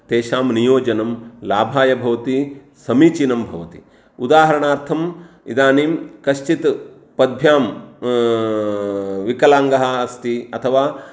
तेषां नियोजनं लाभाय भवति समीचीनं भवति उदाहरणार्थम् इदानीं कश्चित् पदाभ्यां विकलाङ्गः अस्ति अथवा